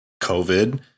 covid